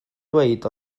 dweud